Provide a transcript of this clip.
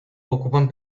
ocupan